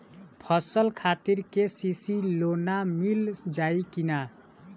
फसल खातिर के.सी.सी लोना मील जाई किना?